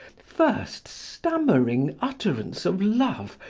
first stammering utterance of love,